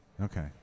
Okay